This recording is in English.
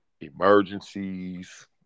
Emergencies